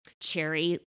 cherry